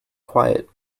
quiet